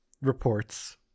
Reports